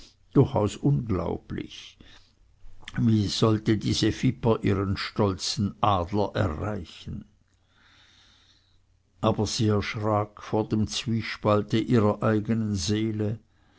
durchaus unglaublich wie sollte diese viper ihren stolzen adler erreichen aber sie erschrak vor dem zwiespalte ihrer eigenen seele